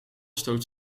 stoot